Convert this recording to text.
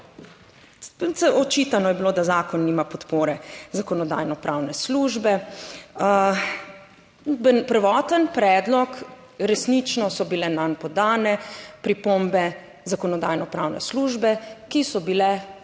očitano je bilo, da zakon nima podpore Zakonodajno-pravne službe, prvoten predlog, resnično so bile nanj podane pripombe Zakonodajno-pravne službe, ki so bile ustrezno